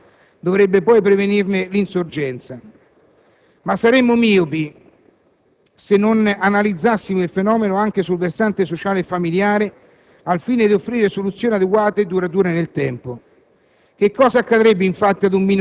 Una costante vigilanza dovrebbe poi prevenirne l'insorgenza. Saremmo però miopi se non analizzassimo il fenomeno anche sul versante sociale e familiare, al fine di offrire soluzioni adeguate e durature nel tempo.